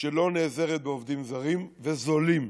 שלא נעזרת בעובדים זרים וזולים.